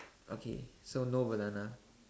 okay so no banana